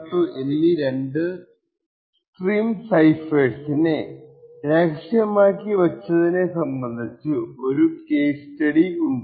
A51 A52 എന്നീ രണ്ടു stream സൈഫർസിനെ രഹസ്യമാക്കി വച്ചതിനെ സംബന്ധിച്ചു ഒരു കേസ് സ്റ്റഡി ഉണ്ട്